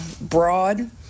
broad